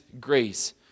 grace